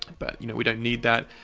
but, you know, we don't need that.